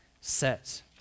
set